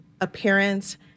appearance